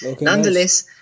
Nonetheless